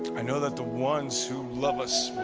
i know that the ones who love us